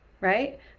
right